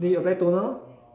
then you apply toner